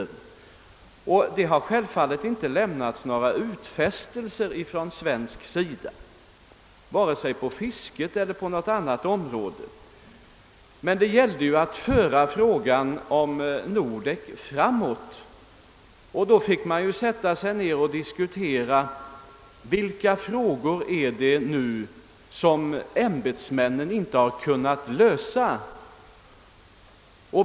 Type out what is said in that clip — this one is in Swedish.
Från svenskt håll har självfallet inte lämnats några sådana vare sig på fiskets eller på något annat område. Det gällde emellertid att föra Nordekplanen framåt, och då fick man sätta sig ned och diskutera de frågor som ämbetsmännen inte hade kunnat lösa.